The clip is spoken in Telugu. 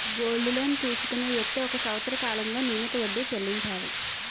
గోల్డ్ లోన్ తీసుకునే వ్యక్తి ఒక సంవత్సర కాలంలో నియమిత వడ్డీ చెల్లించాలి